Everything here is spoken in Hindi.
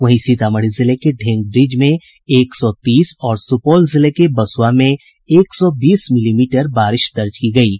वहीं सीतामढ़ी जिले के ढ़ेंग ब्रिज में एक सौ तीस और सुपौल जिले के बसुआ में एक सौ बीस मिलीमीटर बारशि दर्ज की गयी है